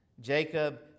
Jacob